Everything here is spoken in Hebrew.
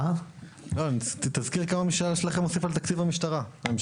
יש